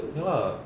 ya lah